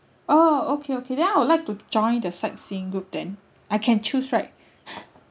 oh okay okay then I would like to join the sightseeing group then I can choose right